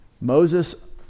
Moses